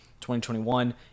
2021